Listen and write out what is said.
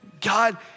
God